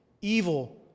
evil